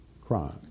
crime